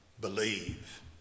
believe